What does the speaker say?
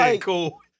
cool